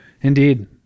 Indeed